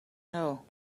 know